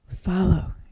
Follow